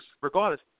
regardless